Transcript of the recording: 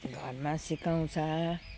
घरमा सिकाउँछ